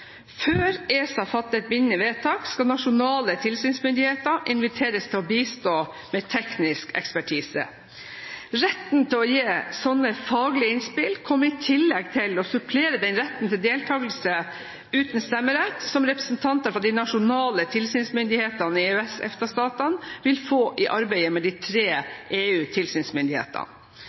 Før ESA fatter et bindende vedtak, skal nasjonale tilsynsmyndigheter inviteres til å bistå med teknisk ekspertise. Retten til å gi slike faglige innspill kommer i tillegg til og supplerer den retten til deltakelse, uten stemmerett, som representanter fra de nasjonale tilsynsmyndighetene i EØS/EFTA-statene vil få i arbeidet med de tre